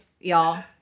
y'all